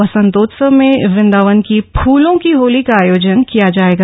वसन्तोत्सव में वृदांवन की फूलों की होली का आयोजन किया जायेगा